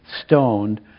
stoned